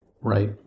Right